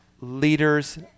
leaders